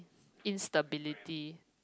instability